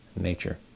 nature